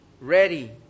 ready